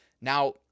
Now